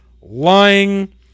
lying